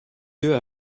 yeux